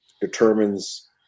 determines